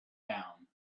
down